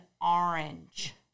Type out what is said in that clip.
orange